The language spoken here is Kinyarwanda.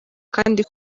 kandi